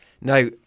Now